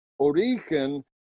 origen